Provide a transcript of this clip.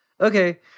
Okay